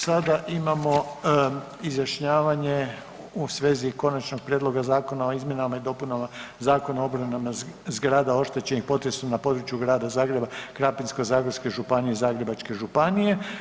Sada imamo izjašnjavanje u svezi Konačnog prijedloga zakona o izmjenama i dopunama Zakona o obnovi zgrada oštećenih potresom na području grada Zagreba, Krapinsko-zagorske županije i Zagrebačke županije.